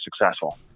successful